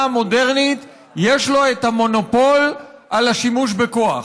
המודרנית יש לו את המונופול על השימוש בכוח.